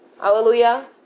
Hallelujah